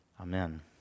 Amen